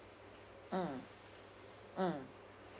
mm mm